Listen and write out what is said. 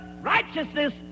righteousness